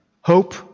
hope